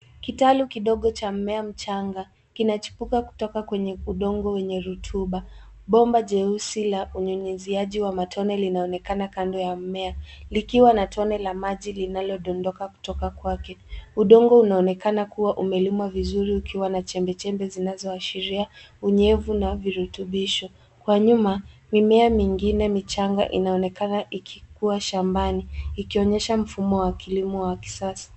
Kitalu kidogo cha mmea mchanga, kinachipuka kutoka kwenye udongo wenye rotuba. Bomba jeusi la unyunyiziaji wa matone linaonekana kando ya mmea, likiwa na tone la maji linalodondoka kutoka kwake. Udongo unaonekana kuwa umelimwa vizuri ukiwa na chembechembe zinazoashiria unyevu na virutubisho. Kwa nyuma, mimea mingine michanga inaonekana ikikua shambani, ikionyesha mfumo wa kilimo wa kisasa.